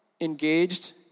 engaged